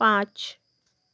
पाँच